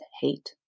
hate